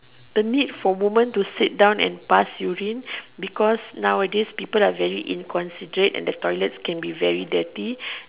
the need for women to sit down and pass urine because now the people can be inconsiderate and the toilets can be really dirty